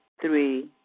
Three